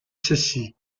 ceci